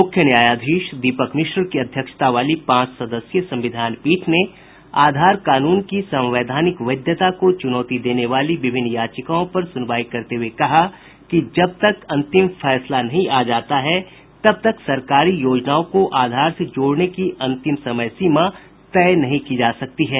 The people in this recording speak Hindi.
मुख्य न्यायाधीश दीपक मिश्र की अध्यक्षता वाली पांच सदस्यीय संविधान पीठ ने आधार कानून की संवैधानिक वैधता को चूनौती देने वाली विभिन्न याचिकाओं पर सुनवाई करते हुए कहा कि जब तक अंतिम फैसला नहीं आ जाता है तब तक सरकारी योजनाओं को आधार से जोड़ने की अंतिम समय सीमा तय नहीं की जा सकती है